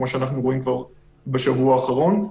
כמו שאנחנו רואים כבר בשבוע האחרון.